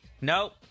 Nope